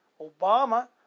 Obama